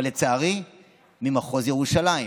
אבל לצערי ממחוז ירושלים.